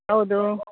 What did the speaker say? ಹೌದು